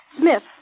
Smith